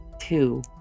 two